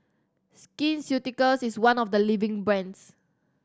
Skin Ceuticals is one of the leading brands